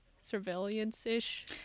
surveillance-ish